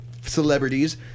Celebrities